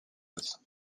classes